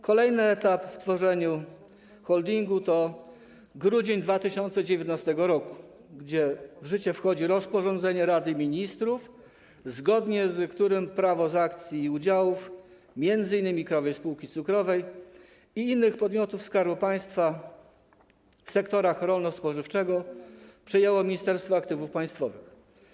Kolejny etap w tworzeniu holdingu to grudzień 2019 r., kiedy w życie wchodzi rozporządzenie Rady Ministrów, zgodnie z którym prawo z akcji i udziałów m.in. Krajowej Spółki Cukrowej i innych podmiotów Skarbu Państwa sektora rolno-spożywczego przejęło Ministerstwo Aktywów Państwowych.